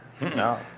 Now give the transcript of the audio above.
No